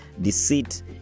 deceit